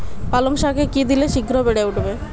পালং শাকে কি দিলে শিঘ্র বেড়ে উঠবে?